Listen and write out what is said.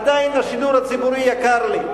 עדיין השידור הציבורי יקר לי,